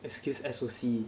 excuse S_O_C